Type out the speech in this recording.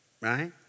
right